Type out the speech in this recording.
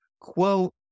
quote